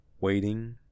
waiting